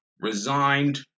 resigned